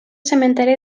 cementiri